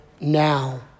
now